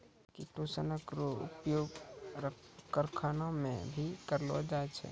किटोसनक रो उपयोग करखाना मे भी करलो जाय छै